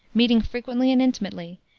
meeting frequently and intimately,